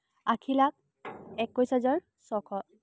আশী লাখ একৈছ হাজাৰ ছশ